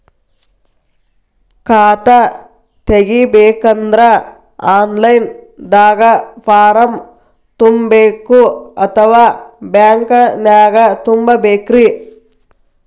ಖಾತಾ ತೆಗಿಬೇಕಂದ್ರ online ದಾಗ ಫಾರಂ ತುಂಬೇಕೊ ಅಥವಾ ಬ್ಯಾಂಕನ್ಯಾಗ ತುಂಬ ಬೇಕ್ರಿ?